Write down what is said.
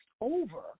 over